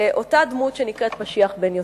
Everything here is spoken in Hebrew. לאותה דמות שנקראת משיח בן יוסף.